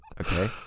Okay